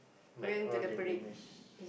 like all the gamers